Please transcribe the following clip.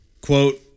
quote